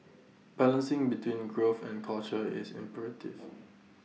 balancing between growth and culture is imperative